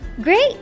Great